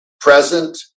present